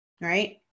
right